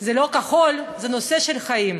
זה לא כחול, זה נושא של חיים.